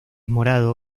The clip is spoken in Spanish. morado